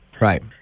Right